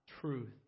truth